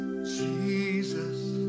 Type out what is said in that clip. Jesus